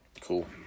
Cool